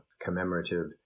commemorative